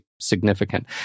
significant